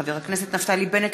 חבר הכנסת נפתלי בנט,